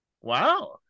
Wow